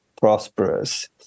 prosperous